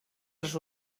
els